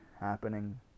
happening